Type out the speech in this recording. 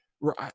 Right